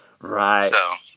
Right